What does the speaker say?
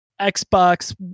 Xbox